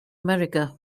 america